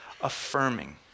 affirming